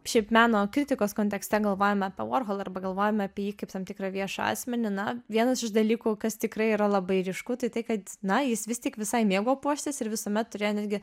šiaip meno kritikos kontekste galvojam apie vorholą arba galvojam apie jį kaip tam tikrą viešą asmenį na vienas iš dalykų kas tikrai yra labai ryšku tai tai kad na jis vis tik visai mėgo puoštis ir visuomet turėjo netgi